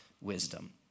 wisdom